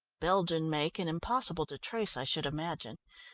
belgian make and impossible to trace, i should imagine.